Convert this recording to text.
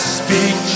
speak